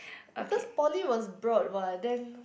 because poly was broad what then